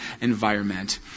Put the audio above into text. environment